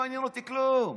לא עניין אותי כלום.